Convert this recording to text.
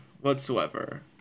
whatsoever